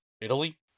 Italy